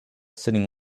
sitting